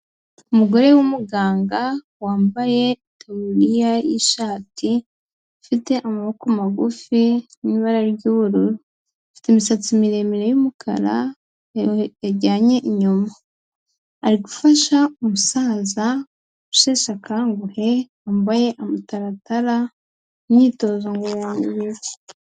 Umugore w'umuganga wambaye itaburiya y'ishati ifite amaboko magufi n'ibara ry'ubururu, afite imisatsi miremire y'umukara yajyanye inyuma, ari gufasha umusaza usheshe akaguhe, wambaye amataratara, imyitozo ngororamubiri.